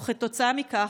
וכתוצאה מכך,